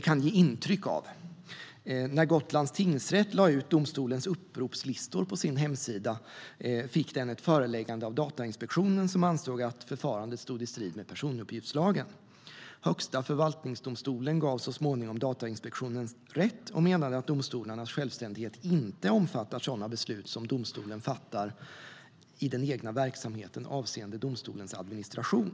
När Gotlands tingsrätt lade ut domstolens uppropslistor på sin hemsida fick den ett föreläggande av Datainspektionen, som ansåg att förfarandet stod i strid med personuppgiftslagen. Högsta förvaltningsdomstolen gav så småningom Datainspektionen rätt och menade att domstolarnas självständighet inte omfattar sådana beslut som domstolen fattar i den egna verksamheten avseende domstolens administration.